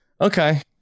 Okay